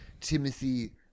Timothy